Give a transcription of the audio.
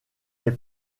les